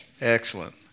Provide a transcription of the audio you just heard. Excellent